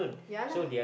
yeah lah